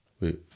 Wait